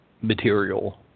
material